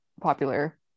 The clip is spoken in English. popular